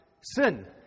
sin